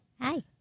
Hi